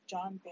John